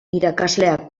irakasleak